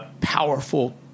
powerful –